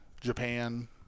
Japan